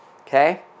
Okay